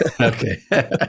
Okay